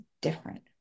different